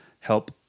help